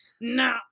no